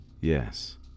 Yes